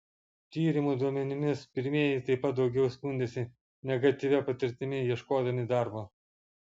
tyrimų duomenimis pirmieji taip pat daugiau skundėsi negatyvia patirtimi ieškodami darbo